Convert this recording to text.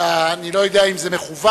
שאני לא יודע אם זה מכוון